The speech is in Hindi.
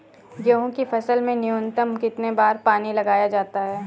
गेहूँ की फसल में न्यूनतम कितने बार पानी लगाया जाता है?